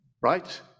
right